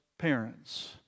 parents